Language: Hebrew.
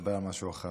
נדבר על משהו אחר.